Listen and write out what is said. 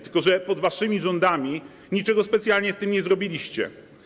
Tylko że pod waszymi rządami niczego specjalnie z tym nie zrobiliście.